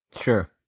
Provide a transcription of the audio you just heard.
Sure